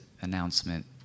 announcement